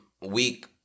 week